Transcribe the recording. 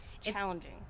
challenging